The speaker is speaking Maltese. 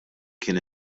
kien